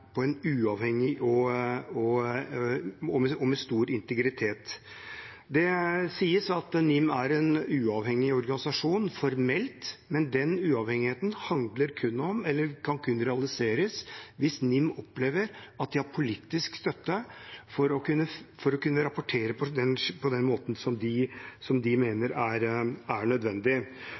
og med stor integritet. Det sies at NIM er en uavhengig organisasjon formelt, men den uavhengigheten kan kun realiseres hvis NIM opplever at de har politisk støtte for å kunne rapportere på den måten de mener er nødvendig. Jeg opplever, når jeg registrerer modigheten og tydeligheten i den rapporten vi har fått framlagt av NIM nå, og som